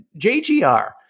jgr